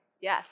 Yes